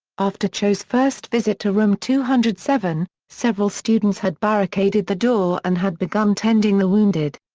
after cho's first visit to room two hundred seven, several students had barricaded the door and had begun tending the wounded.